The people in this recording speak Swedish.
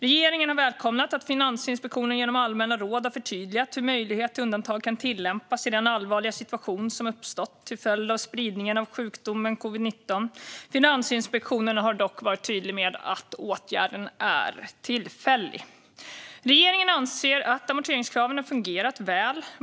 Regeringen har välkomnat att Finansinspektionen genom allmänna råd har förtydligat hur möjligheten till undantag kan tillämpas i den allvarliga situation som uppstått till följd av spridningen av sjukdomen covid-19. Finansinspektionen har dock varit tydlig med att åtgärden är tillfällig. Regeringen anser att amorteringskraven har fungerat väl.